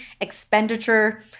expenditure